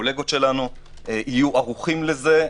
הקולגות שלנו יהיו ערוכים לזה,